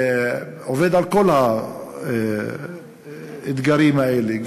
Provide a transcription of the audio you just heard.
עובדים על כל האתגרים האלה,